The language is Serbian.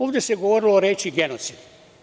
Ovde se govorilo o reči – genocid.